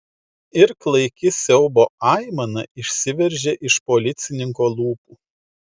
ir klaiki siaubo aimana išsiveržė iš policininko lūpų